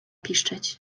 piszczeć